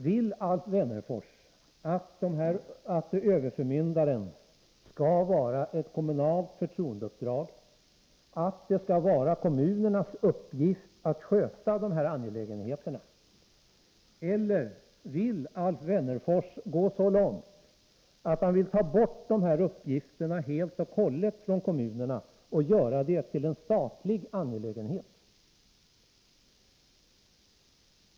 Vill Alf Wennerfors att överförmyndarskapet skall vara ett kommunalt förtroendeuppdrag, att det skall vara kommunernas uppgift att sköta de här angelägenheterna, eller vill Alf Wennerfors gå så långt att han vill ta bort de här uppgifterna helt och hållet från kommunerna och göra dem till en statlig angelägenhet?